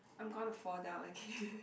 I'm gonna fall down again